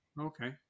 Okay